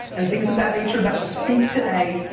and things of that nature that will speak today,